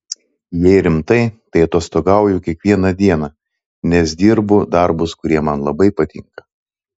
jei rimtai tai atostogauju kiekvieną dieną nes dirbu darbus kurie man labai patinka